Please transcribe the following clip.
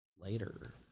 later